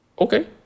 okay